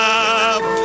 up